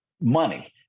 money